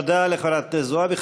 תודה לחברת הכנסת זועבי.